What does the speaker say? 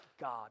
God